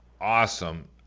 awesome